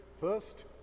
first